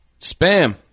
Spam